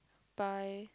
bye